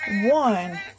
one